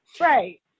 Right